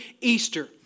Easter